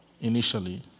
initially